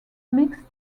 mixed